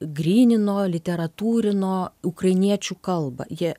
grynino literatūrino ukrainiečių kalba jie